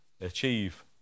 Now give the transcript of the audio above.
achieve